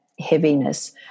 heaviness